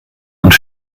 und